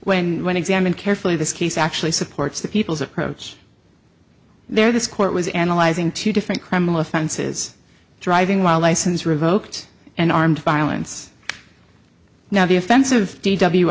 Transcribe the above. when when examined carefully this case actually supports the people's approach there this court was analyzing two different criminal offenses driving while license revoked and armed violence now the offensive